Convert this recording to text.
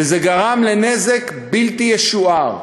וזה גרם נזק בלתי ישוער.